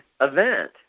event